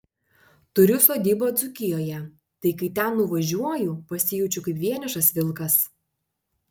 turiu sodybą dzūkijoje tai kai ten nuvažiuoju pasijaučiu kaip vienišas vilkas